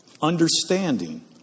Understanding